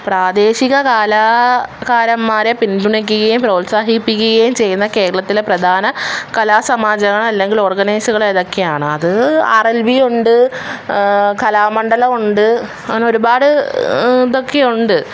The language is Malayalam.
പ്രാദേശിക കാലാകാരന്മാരെ പിന്തുണക്കുകയും പ്രോത്സാഹിപ്പിക്കുകയും ചെയ്യുന്ന കേരളത്തിലെ പ്രധാന കലാസമാജമാണ് അല്ലെങ്കിൽ ഓർഗനയിസുകൾ എതൊക്കെയാണ് അത് ആർ എൽ വിയുണ്ട് കലാമണ്ഡലമുണ്ട് അങ്ങനെ ഒരുപാട് ഇതൊക്കെയുണ്ട്